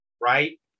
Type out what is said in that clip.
right